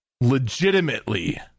legitimately